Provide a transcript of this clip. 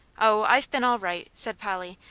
oh, i've been all right, said polly.